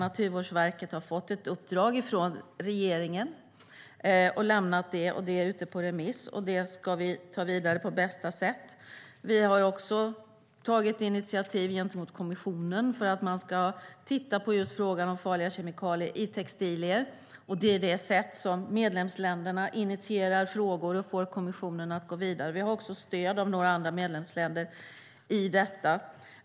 Naturvårdsverket har fått ett uppdrag från regeringen som de har lämnat och som nu är ute på remiss. Det ska vi ta vidare på bästa sätt. Vi har också tagit initiativ gentemot kommissionen för att man ska titta på just frågan om farliga kemikalier i textilier. Det är det sätt på vilket medlemsländerna initierar frågor och får kommissionen att gå vidare. Vi har också stöd av några andra medlemsländer i detta.